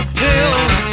pills